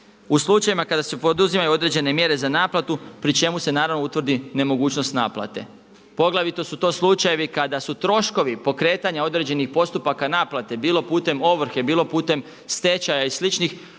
U slučajevima kada se poduzimaju određene mjere za naplatu pri čemu se naravno utvrdi nemogućnost naplate. Poglavito su to slučajevi kada su troškovi pokretanja određenih postupaka naplate bilo putem ovrhe, bilo putem stečaja i